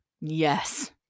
Yes